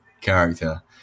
character